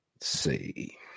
see